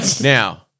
Now